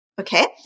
Okay